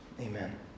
Amen